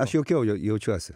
aš jaukiau jau jaučiuosi